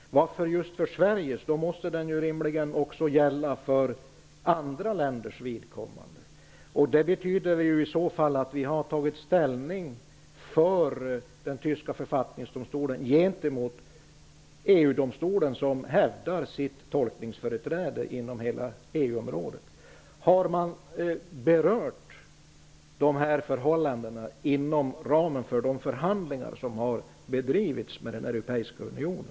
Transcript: Varför just för Sverige? Det måste väl då rimligtvis gälla också för andra länders vidkommande? Det betyder i så fall att vi har tagit ställning för den tyska författningsdomstolen gentemot EU domstolen, som hävdar sitt tolkningsföreträde inom hela EU-området. Har man berört de här förhållandena i samband med de förhandlingar som har bedrivits med den europeiska unionen?